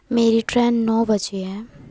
मेरी ट्रेन नौ बजे है